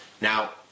Now